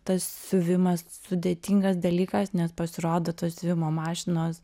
tas siuvimas sudėtingas dalykas nes pasirodo tos siuvimo mašinos